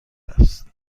است